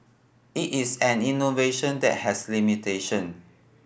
it is an innovation that has limitation